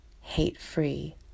hate-free